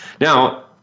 Now